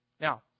Now